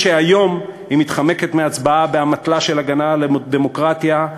שהיום היא מתחמקת מהצבעה באמתלה של הגנה על הדמוקרטיה,